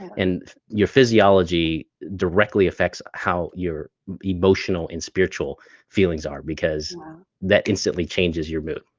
and your physiology directly affects how your emotional and spiritual feelings are because that instantly changes your mood.